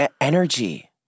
energy